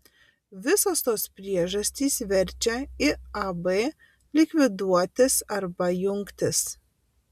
visos tos priežastys verčia iab likviduotis arba jungtis